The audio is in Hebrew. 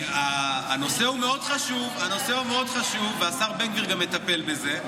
הנושא הוא מאוד חשוב והשר בן גביר גם מטפל בזה,